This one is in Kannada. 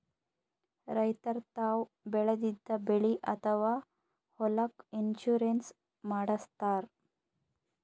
ರೈತರ್ ತಾವ್ ಬೆಳೆದಿದ್ದ ಬೆಳಿ ಅಥವಾ ಹೊಲಕ್ಕ್ ಇನ್ಶೂರೆನ್ಸ್ ಮಾಡಸ್ತಾರ್